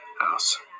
House